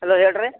hello ಹೇಳಿರಿ